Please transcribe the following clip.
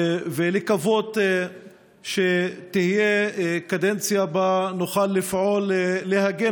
בתקווה שתהיה קדנציה שבה נוכל לפעול להגן